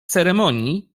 ceremonii